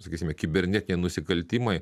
sakysime kibernetiniai nusikaltimai